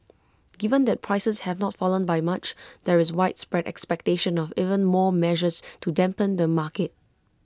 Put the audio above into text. given that prices have not fallen by much there is widespread expectation of even more measures to dampen the market